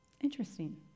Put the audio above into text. Interesting